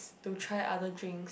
to try other drink